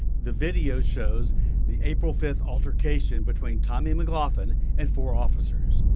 the video shows the april fifth altercation between tommie mcglothen and four officers.